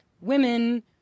women